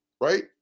Right